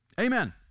Amen